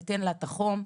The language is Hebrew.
תיתן לה את החום,